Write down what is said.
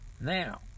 Now